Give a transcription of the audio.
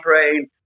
train